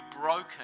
broken